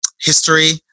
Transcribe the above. history